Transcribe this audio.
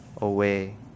away